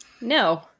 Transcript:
No